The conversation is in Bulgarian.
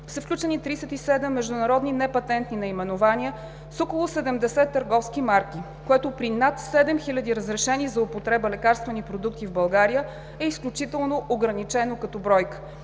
са включени 37 международни непатентни наименования с около 70 търговски марки, което при над 7000 разрешени за употреба лекарствени продукти в България е изключително ограничено като бройка.